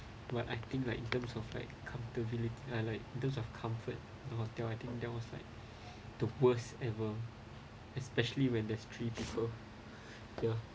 but I think like in terms of like comfortabili~ or like those of comfort the hotel I think there was like the worst ever especially when there's three people here